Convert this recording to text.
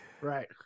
Right